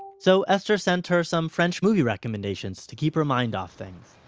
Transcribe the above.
so esther sent her some french movie recommendations to keep her mind off things.